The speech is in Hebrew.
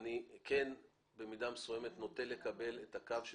ואני במידה מסוימת כן נוטה לקבל את הקו של